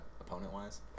opponent-wise